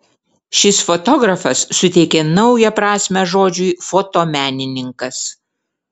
šis fotografas suteikė naują prasmę žodžiui fotomenininkas